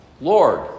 Lord